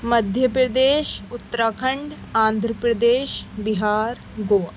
Madhya Pradesh Uttarakhand Andhra Pradesh Bihar Goa